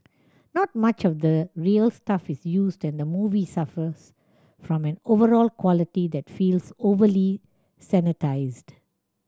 not much of the real stuff is used and the movie suffers from an overall quality that feels overly sanitised